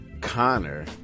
Connor